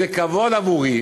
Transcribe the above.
זה כבוד עבורי